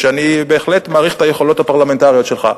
ואני בהחלט מעריך את היכולות הפרלמנטריות שלך,